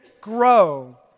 grow